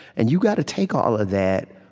and you gotta take all of that,